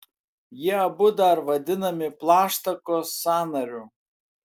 jie abu dar vadinami plaštakos sąnariu